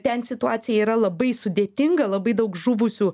ten situacija yra labai sudėtinga labai daug žuvusių